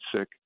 sick